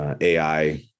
AI